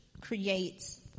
creates